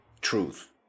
truth